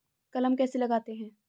कलम कैसे लगाते हैं?